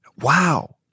Wow